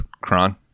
Kron